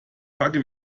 packen